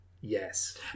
Yes